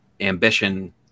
ambition